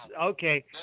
okay